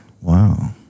wow